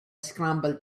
scrambled